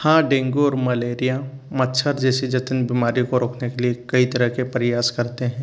हाँ डेंगू और मलेरिया मच्छर जैसी जनित बीमारी को रोकने के लिए कई तरह के प्रयास करते हैं